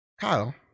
Kyle